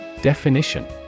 definition